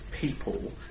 people